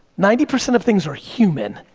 ninety percent of things are human,